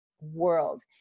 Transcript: world